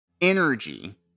energy